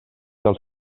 del